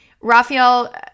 Raphael